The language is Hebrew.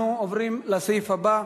אנחנו עוברים לסעיף הבא,